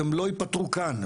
הם לא ייפתרו כאן,